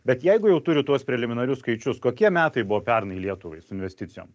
bet jeigu jau turit tuos preliminarius skaičius kokie metai buvo pernai lietuvai su investicijom